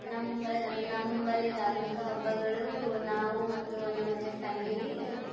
ನಂಬಾ ನಮ್ಮಲ್ಲಿ ಧಾರ್ಮಿಕ ಹಬ್ಬಗಳು ನಾವು ಮತ್ತು ನಮ್ಮ ಮನ್ಯಾಗ ಫ್ಯಾಮ್ಲೀ